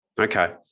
Okay